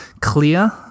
clear